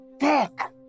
Fuck